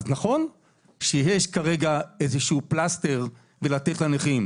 נכון שיש כרגע איזשהו פלסטר בלתת לנכים,